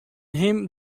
him